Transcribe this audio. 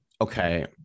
okay